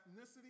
ethnicity